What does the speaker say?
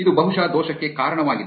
ಇದು ಬಹುಶಃ ದೋಷಕ್ಕೆ ಕಾರಣವಾಗಿದೆ